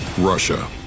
russia